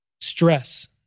stress